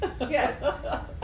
yes